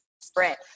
Sprint